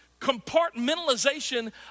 compartmentalization